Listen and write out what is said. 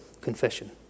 Confession